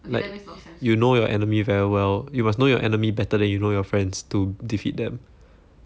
like you know your enemy very well you must know your enemy better than you know your friends to defeat them